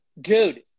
Dude